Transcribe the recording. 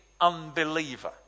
unbeliever